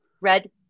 red